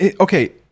okay